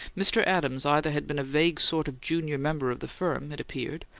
mr. adams either had been a vague sort of junior member of the firm, it appeared,